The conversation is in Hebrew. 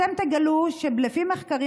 אתם תגלו שלפי מחקרים,